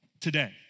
today